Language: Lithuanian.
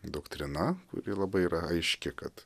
doktrina kuri labai yra aiški kad